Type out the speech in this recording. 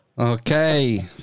Okay